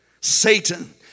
Satan